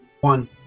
One